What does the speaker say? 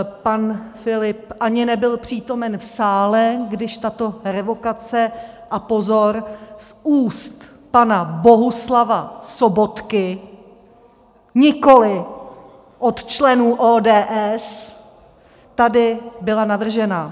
Pan Filip ani nebyl přítomen v sále, když tato revokace a pozor, z úst pana Bohuslava Sobotky, nikoli od členů ODS tady byla navržena.